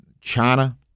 China